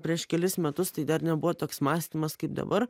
prieš kelis metus tai dar nebuvo toks mąstymas kaip dabar